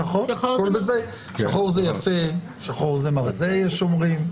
נכון, שחור זה יפה, שחור זה מרזה יש שאומרים.